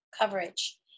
coverage